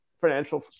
financial